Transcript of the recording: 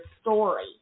story